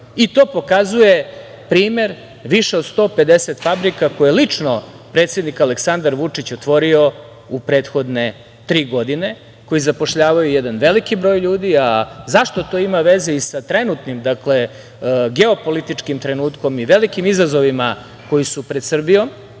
To pokazuje primer više od 150 fabrika koje je lično predsednik Aleksandar Vučić otvorio u prethodne tri godine, koje zapošljavaju jedan veliki broj ljudi.Zašto to ima veze sa trenutnim geopolitičkim trenutkom i velikim izazovima koji su pred Srbijom,